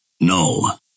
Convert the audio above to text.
No